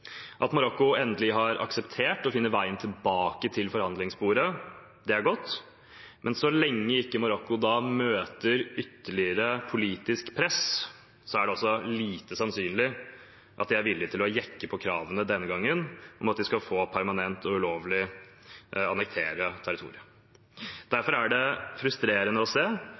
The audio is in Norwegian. At Marokko endelig har akseptert å finne veien tilbake til forhandlingsbordet, er godt, men så lenge ikke Marokko møter ytterligere politisk press, er det lite sannsynlig at de denne gangen er villig til å jenke kravene om at de permanent og ulovlig skal få annektere territoriet. Derfor er det frustrerende å se